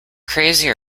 crazy